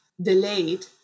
delayed